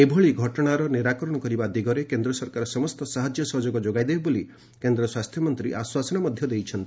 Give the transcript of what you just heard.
ଏଭଳି ଘଟଣାର ନିରାକରଣ କରିବା ଦିଗରେ କେନ୍ଦ୍ର ସରକାର ସମସ୍ତ ସାହାଯ୍ୟ ସହଯୋଗ ଯୋଗାଇ ଦେବେ ବୋଲି କେନ୍ଦ୍ର ସ୍ୱାସ୍ଥ୍ୟମନ୍ତ୍ରୀ ଆଶ୍ୱାସନା ଦେଇଛନ୍ତି